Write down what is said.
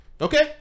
Okay